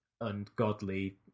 ungodly